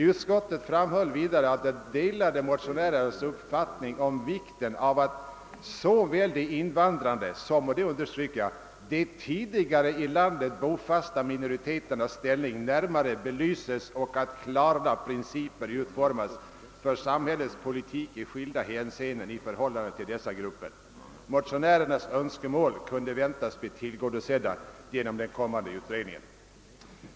Utskottet framhöll vidare, att det delade motionärernas uppfattning om vikten av att såväl de invandrandes som — det understryker jag — de tidigare i landet bofasta minoriteternas ställning närmare belyses och att klara principer utformas för samhällets politik i skilda hänseenden i förhållande till dessa grupper. Motionärernas Önskemål kunde väntas bli tillgodosedda genom den kommande utredningen.